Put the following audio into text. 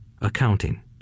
accounting